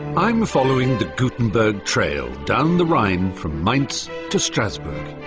i'm following the gutenberg trail, down the rhine from mainz to strasbourg.